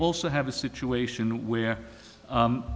also have a situation where